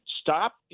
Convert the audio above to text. stop